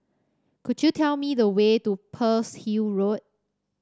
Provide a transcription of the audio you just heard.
could you tell me the way to Pearl's Hill Road